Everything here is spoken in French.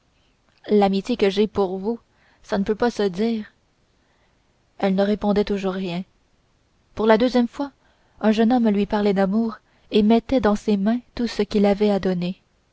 l'amitié que j'ai pour vous ça ne peut pas se dire elle ne répondait toujours rien pour la deuxième fois un jeune homme lui parlait d'amour et mettait dans ses mains tout ce qu'il avait à donner